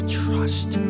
trust